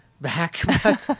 back